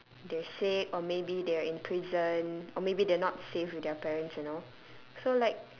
they're sick or maybe they're in prison or maybe they're not safe with their parents you know so like